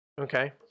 okay